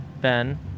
ben